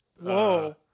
Whoa